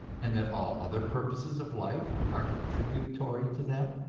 and that all other purposes of life are contributory to them?